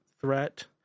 threat